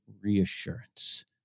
reassurance